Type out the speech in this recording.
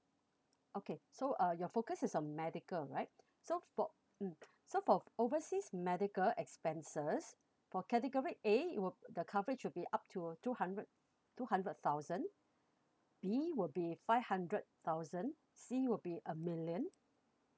okay so uh your focus is on medical right so for mm so for overseas medical expenses for category A it will the coverage will be up to two hundred two hundred thousand B will be five hundred thousand C will be a million